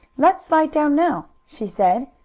let's slide down now, she said,